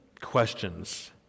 questions